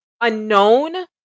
unknown